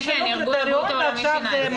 כן, ארגון הבריאות העולמי שינה את זה.